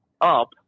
up